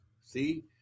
See